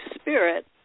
spirit